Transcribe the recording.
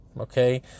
Okay